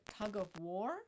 tug-of-war